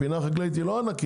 הפינה החקלאית היא לא ענקית